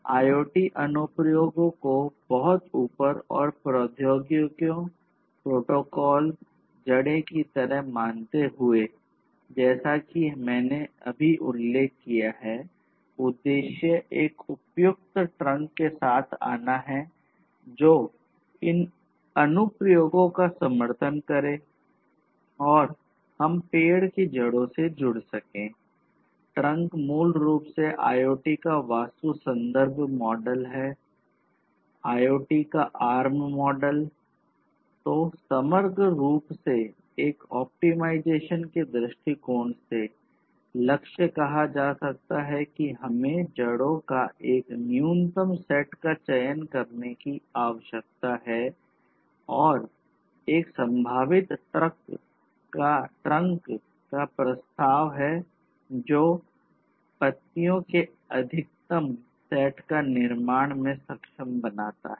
IoT अनुप्रयोगों को बहुत ऊपर और प्रौद्योगिकियों प्रोटोकॉल जड़ें की तरह मानते हुए जैसा कि मैंने अभी उल्लेख किया है उद्देश्य एक उपयुक्त ट्रंक के दृष्टिकोण से लक्ष्य कहा जा सकता है कि हमें जड़ों का एक न्यूनतम सेट का चयन करने की आवश्यकता है और एक संभावित ट्रंक का प्रस्ताव है जो पत्तियों के अधिकतम सेट के निर्माण में सक्षम बनाता है